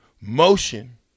motion